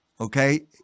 Okay